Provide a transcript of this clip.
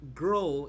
grow